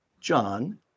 john